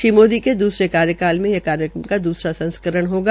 श्री मोदी के दूसरे कार्यकाल में यह कार्यक्रम का दूसरा संस्करण होगा